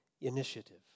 initiative